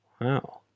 Wow